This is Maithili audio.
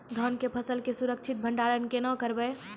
धान के फसल के सुरक्षित भंडारण केना करबै?